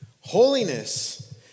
Holiness